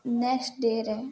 next ଡେରେ